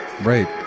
Right